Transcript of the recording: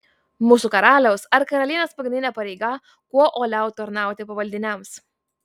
mūsų karaliaus ar karalienės pagrindinė pareiga kuo uoliau tarnauti pavaldiniams